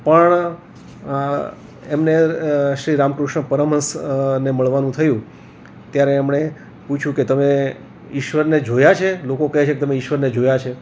પણ એમને શ્રી રામકૃષ્ણ પરમહંસ ને મળવાનું થયું ત્યારે એમણે પૂછ્યું કે તમે ઈશ્વરને જોયા છે લોકો કહે છે કે તમે ઈશ્વરને જોયા છે